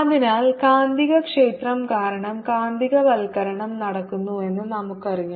അതിനാൽ കാന്തികക്ഷേത്രം കാരണം കാന്തികവൽക്കരണം നടക്കുന്നുവെന്ന് നമുക്കറിയാം